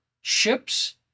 ships